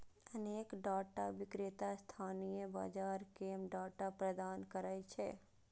अनेक डाटा विक्रेता स्थानीय बाजार कें डाटा प्रदान करै छै